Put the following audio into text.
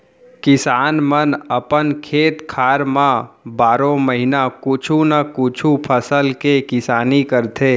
किसान मन अपन खेत खार म बारो महिना कुछु न कुछु फसल के किसानी करथे